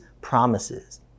promises